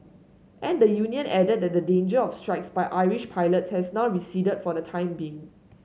and the union added that the danger of strikes by Irish pilots has now receded for the time being